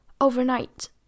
overnight